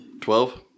Twelve